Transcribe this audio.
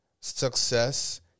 success